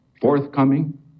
forthcoming